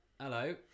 hello